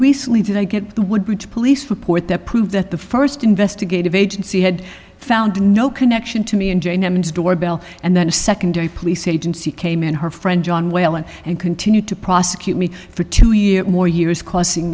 recently did i get the woodbridge police report that proved that the first investigative agency had found no connection to me and jane emmons doorbell and then a secondary police agency came in her friend john whalen and continued to prosecute me for two years more years causing